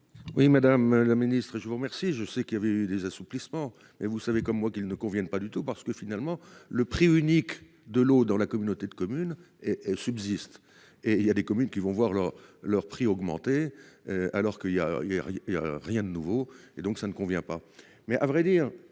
Oui, madame la ministre, je vous remercie. Je sais qu'il y avait eu des assouplissements, mais vous savez comme moi qu'il ne conviennent pas du tout parce que finalement le prix unique, de l'eau dans la communauté de communes et subsiste et il y a des communes qui vont voir leur leur prix augmenter. Alors qu'il y a il il y a rien de nouveau et donc ça ne convient pas